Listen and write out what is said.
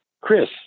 Chris